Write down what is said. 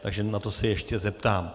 Takže na to se ještě zeptám.